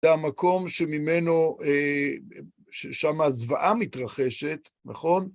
זה המקום שממנו, שם הזוועה מתרחשת, נכון?